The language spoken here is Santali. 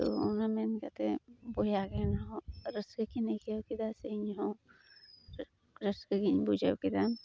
ᱛᱳ ᱚᱱᱟ ᱢᱮᱱ ᱠᱟᱛᱮᱫ ᱵᱚᱭᱦᱟᱠᱤᱱ ᱦᱚᱸ ᱨᱟᱹᱥᱠᱟᱹᱠᱤᱱ ᱟᱹᱭᱠᱟᱹᱣ ᱠᱮᱫᱟ ᱥᱮ ᱤᱧᱦᱚᱸ ᱨᱟᱹᱥᱠᱟᱹᱜᱮᱧ ᱵᱩᱡᱷᱟᱹᱣ ᱠᱮᱫᱟ